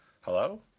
Hello